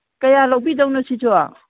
ꯀꯌꯥ ꯂꯧꯕꯤꯗꯧꯅꯣ ꯁꯤꯁꯨ